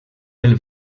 pel